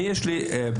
אני יש לי בקשה,